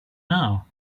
now